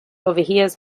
overhears